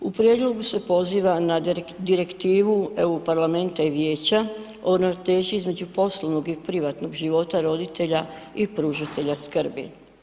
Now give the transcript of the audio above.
U prijedlogu se poziva na Direktivu EU parlamenta i vijeća o ravnoteži između poslovnog i privatnog života roditelja i pružatelja skrbi.